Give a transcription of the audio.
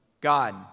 God